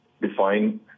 define